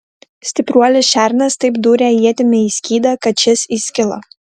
stipruolis šernas taip dūrė ietimi į skydą kad šis įskilo